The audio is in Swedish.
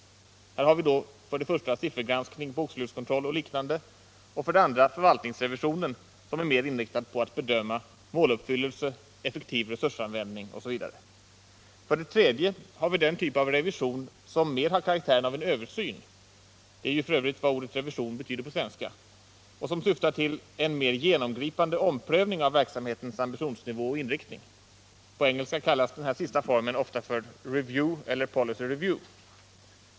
Här har vi dels siffergranskning, bokslutskontroll och liknande, dels förvaltningsrevision som är mer inriktad på att bedöma måluppfyllelse, effektiv resursanvändning o. s. v. Vi har därtill den typ av revision som mer har karaktären av översyn — det är ju f. ö. vad ordet revision betyder på svenska — och som syftar till en mer genomgripande omprövning av verksamhetens ambitionsnivå och inriktning. På engelska kallas denna typ av revision ofta för review eller policy review.